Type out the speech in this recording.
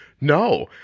no